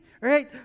Right